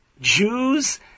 Jews